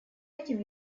этим